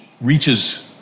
reaches